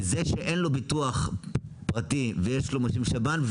וזה שאין לו ביטוח פרטי ויש לו משלים שב"ן,